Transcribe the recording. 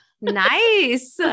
Nice